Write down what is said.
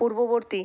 পূর্ববর্তী